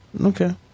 Okay